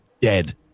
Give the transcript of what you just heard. dead